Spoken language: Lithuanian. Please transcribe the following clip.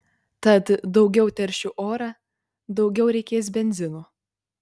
tad daugiau teršiu orą daugiau reikės benzino